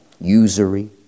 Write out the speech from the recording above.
usury